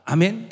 Amen